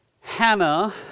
Hannah